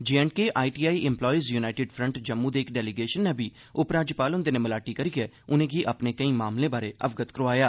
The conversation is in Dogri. J and K I T I employees united front Jammu दे इक डेलीगेशन नै बी उपराज्यपाल हुंदे'नै मलाटी करियै उनें'गी अपने केई मामलें बारै अवगत करोआया